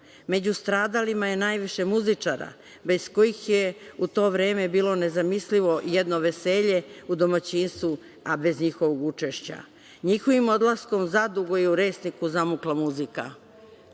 Među stradalima je najviše muzičara bez kojih je u to vreme bilo nezamislivo jedno veselje u domaćinstvu, a bez njihovog učešća. Njihovim odlaskom zadugo je u Resniku zamukla muzika. Hvala